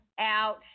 out